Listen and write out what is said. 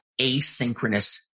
asynchronous